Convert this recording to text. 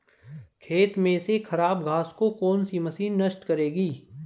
खेत में से खराब घास को कौन सी मशीन नष्ट करेगी?